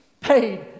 Paid